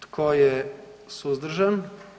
Tko je suzdržan?